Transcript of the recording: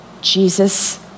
Jesus